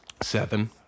Seven